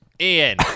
Ian